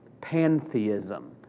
pantheism